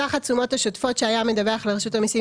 סך התשומות השוטפות שהיה מדווח לרשות המסים